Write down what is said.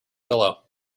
pillow